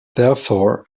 therefore